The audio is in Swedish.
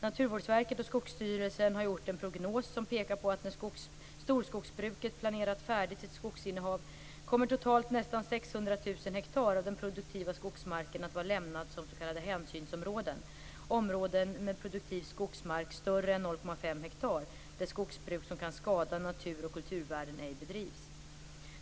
Naturvårdsverket och Skogsstyrelsen har gjort en prognos som pekar på att när storskogsbruket planerat färdigt sitt skogsinnehav kommer totalt nästan 600 000 hektar av den produktiva skogsmarken att vara lämnad som s.k. hänsynsområden, dvs. områden med produktiv skogsmark större än 0,5 hektar där skogsbruk som kan skada natur och kulturvärden ej bedrivs.